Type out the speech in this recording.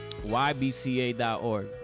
YBCA.org